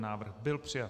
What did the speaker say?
Návrh byl přijat.